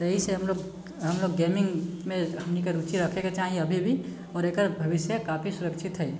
तऽ इएह से हमलोग हमलोग गेमिङ्गमे हमनीके रूचि रखेके चाही अभी भी आओर एकर भविष्य काफी सुरक्षित हइ